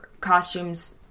costumes